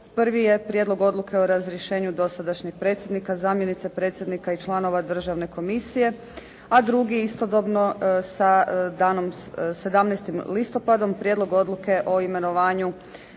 Prvi je Prijedlog odluke o razrješenju dosadašnjeg predsjednika, zamjenice predsjednika i članova Državne komisije, a drugi istodobno sa danom 17. listopadom Prijedlog odluke o imenovanju